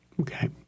Okay